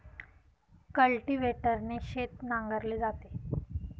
कल्टिव्हेटरने शेत नांगरले जाते